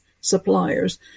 suppliers